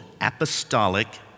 Apostolic